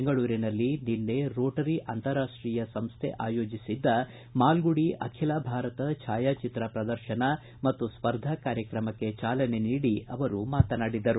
ಬೆಂಗಳೂರಿನಲ್ಲಿ ನಿನ್ನೆ ರೋಟರಿ ಅಂತಾರಾಷ್ಟೀಯ ಸಂಸ್ಥೆ ಆಯೋಜಿಸಿದ್ದ ಮಾಲ್ಗುಡಿ ಅಖಿಲ ಭಾರತ ಛಾಯಾಚಿತ್ರ ಪ್ರದರ್ಶನ ಮತ್ತು ಸ್ಪರ್ಧಾ ಕಾರ್ಯಕ್ರಮಕ್ಕೆ ಚಾಲನೆ ನೀಡಿ ಅವರು ಮಾತನಾಡಿದರು